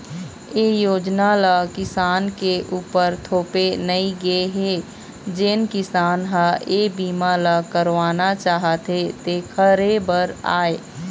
ए योजना ल किसान के उपर थोपे नइ गे हे जेन किसान ह ए बीमा ल करवाना चाहथे तेखरे बर आय